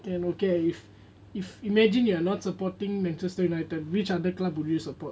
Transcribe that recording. okay if imagine you are not supporting manchester united which other club would you support